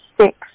six